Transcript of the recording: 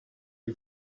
who